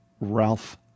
Ralph